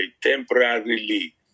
temporarily